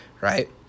right